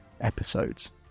episodes